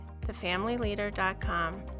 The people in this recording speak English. thefamilyleader.com